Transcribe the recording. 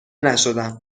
نشدم